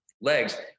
legs